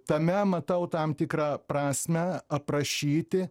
tame matau tam tikrą prasmę aprašyti